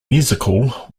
musical